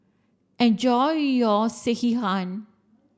enjoy your Sekihan